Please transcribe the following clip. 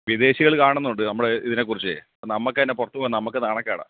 വിദേശികൾ കാണുന്നുണ്ട് നമ്മൾ ഇതിനെ കുറിച്ചേ നമുക്കു തന്നെ പുറത്തു പോകാൻ നമുക്ക് നാണക്കേടാണ്